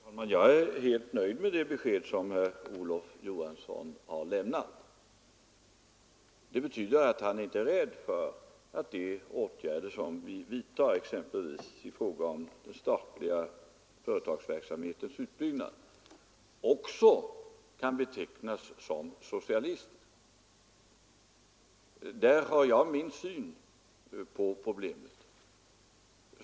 Fru talman! Jag är helt nöjd med det besked som herr Olof Johansson i Stockholm har lämnat. Det betyder att han inte är rädd för att de åtgärder som vi vidtar, exempelvis i fråga om den statliga företagsverksamhetens utbyggnad, också kan betecknas såsom socialism. Där har jag min syn på problemet.